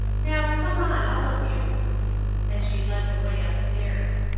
now come on, all of you and she led the way up-stairs.